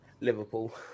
Liverpool